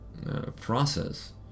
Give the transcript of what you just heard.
Process